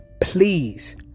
Please